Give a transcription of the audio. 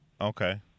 okay